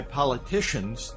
politicians